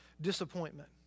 disappointment